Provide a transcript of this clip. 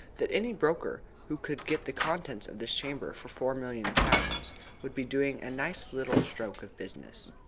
that any broker who could get the contents of this chamber for four million pounds would be doing a nice little stroke of business.